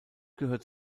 gehört